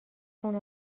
خونه